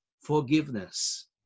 forgiveness